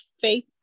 faith